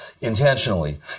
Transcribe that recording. intentionally